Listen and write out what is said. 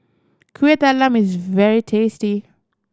Kuih Talam is very tasty